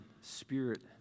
Spirit